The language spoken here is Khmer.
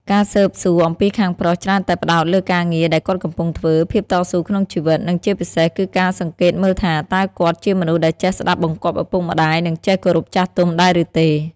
ការស៊ើបសួរអំពីខាងប្រុសច្រើនតែផ្ដោតលើការងារដែលគាត់កំពុងធ្វើ ភាពតស៊ូក្នុងជីវិត និងជាពិសេសគឺការសង្កេតមើលថាតើគាត់ជាមនុស្សដែលចេះស្ដាប់បង្គាប់ឪពុកម្ដាយ និងចេះគោរពចាស់ទុំដែរឬទេ។